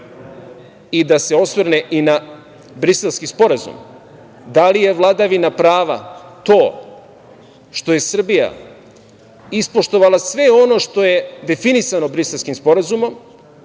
i da se osvrne i na Briselski sporazum, da li je vladavina prava to što je Srbija ispoštovala sve ono što je definisano Briselskim sporazumom,